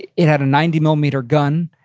it it had a ninety millimeter gun.